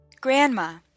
Grandma